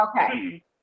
Okay